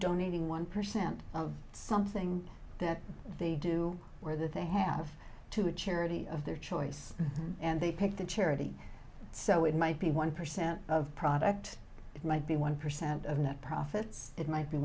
donating one percent of something that they do where they have to a charity of their choice and they pick the charity so it might be one percent of product it might be one percent of net profits it might be